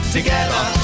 Together